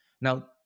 Now